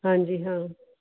ਹਾਂਜੀ ਹਾਂ